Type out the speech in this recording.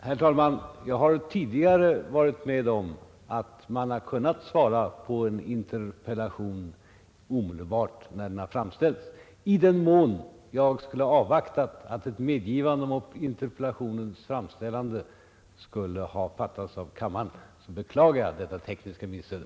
Herr talman! Jag har tidigare varit med om att man har kunnat svara på en interpellation omedelbart när den har framställts. I den mån jag skulle ha avvaktat att ett medgivande om interpellationens framställande skulle ha lämnats av kammaren, så beklagar jag detta tekniska missöde.